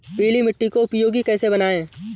पीली मिट्टी को उपयोगी कैसे बनाएँ?